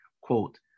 quote